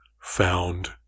found